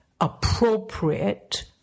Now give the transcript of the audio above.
appropriate